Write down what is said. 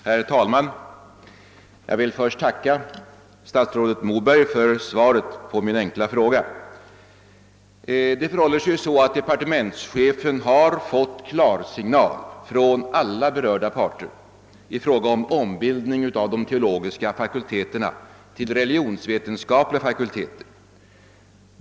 Herr talman! Jag vill först tacka stats rådet Moberg för svaret på min enkla fråga. Det förhåller sig så att departementschefen har fått klarsignal från alla berörda parter i fråga om ombildningen av de teologiska fakulteterna till religionsvetenskapliga fakulteter.